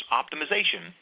optimization